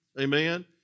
Amen